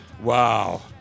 wow